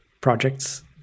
projects